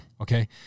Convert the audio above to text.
okay